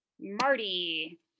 Marty